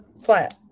flat